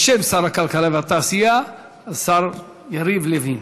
בשם שר הכלכלה והתעשייה השר יריב לוין.